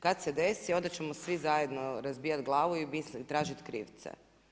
Kad se desi, onda ćemo svi zajedno razbijat glavu i tražiti krivce.